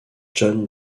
john